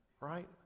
Right